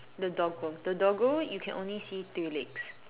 the doggo the doggo you can only see three legs